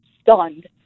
stunned